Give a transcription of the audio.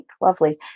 Lovely